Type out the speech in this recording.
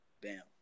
bam